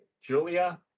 Julia